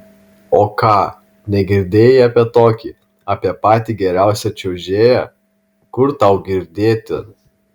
o ką negirdėjai apie tokį apie patį geriausią čiuožėją kur tau girdėti